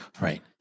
Right